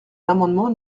l’amendement